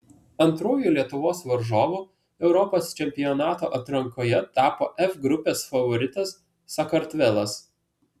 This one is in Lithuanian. antruoju lietuvos varžovu europos čempionato atrankoje tapo f grupės favoritas sakartvelas